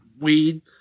weed